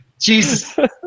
Jesus